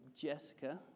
Jessica